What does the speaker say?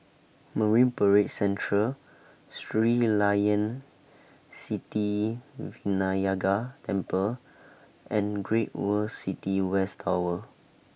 Marine Parade Central Sri Layan Sithi Vinayagar Temple and Great World City West Tower